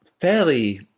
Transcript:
fairly